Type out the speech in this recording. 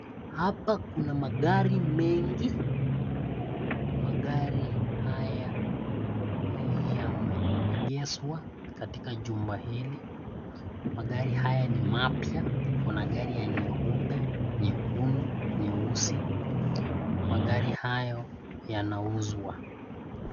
Hapa kuna magari mengi magari haya yameegeshwa katika jumba hili. Magari haya ni mapya. Kuna gari ya nyeupe, nyekundu, nyeusi, magari hayo yanauzwa.